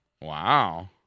Wow